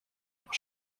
nog